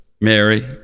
Mary